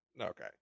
Okay